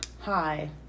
Hi